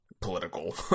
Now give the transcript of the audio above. political